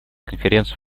конференцию